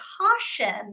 caution